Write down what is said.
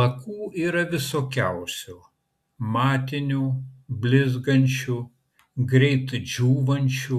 lakų yra visokiausių matinių blizgančių greit džiūvančių